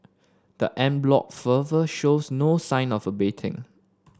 the an bloc fervour shows no sign of abating